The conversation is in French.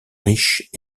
riches